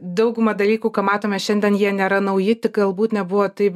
dauguma dalykų ką matome šiandien jie nėra nauji tik galbūt nebuvo taip